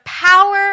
Power